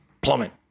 plummet